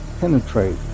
penetrate